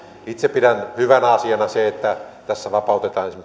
itse pidän hyvänä asiana sitä että tässä vapautetaan